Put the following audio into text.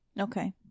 okay